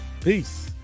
Peace